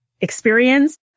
experience